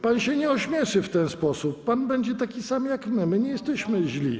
Pan się nie ośmieszy w ten sposób, pan będzie taki sam jak my, my nie jesteśmy źli.